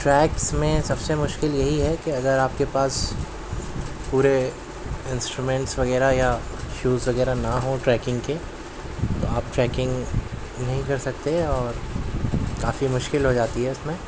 treks میں سب سے مشکل یہی ہے کہ اگر آپ کے پاس پورے انسٹرومنٹس وغیرہ یا شوز وغیرہ نہ ہوں ٹریکنگ کے تو آپ ٹریکنگ نہیں کر سکتے اور کافی مشکل ہو جاتی ہے اس میں